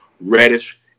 Reddish